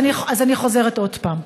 אני חוזרת עוד פעם: